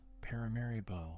Paramaribo